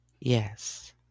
Yes